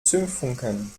zündfunken